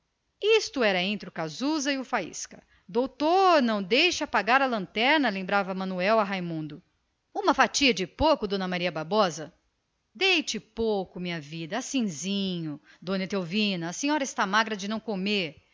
isto era entre o casusa e o faísca doutor não deixe apagar a lanterna recomendava manuel a raimundo uma fatia de porco d maria bárbara deite menos minha vida assinzinho dona etelvina a senhora está magra de não comer